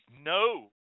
no